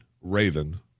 Raven